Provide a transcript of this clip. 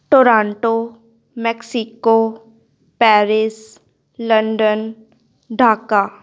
Toronto Mexico Paris London Dhaka